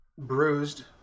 bruised